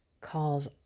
calls